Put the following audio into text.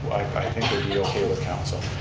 i think they'd be okay with council.